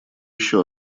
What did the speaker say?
еще